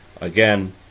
again